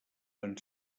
van